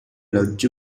lodge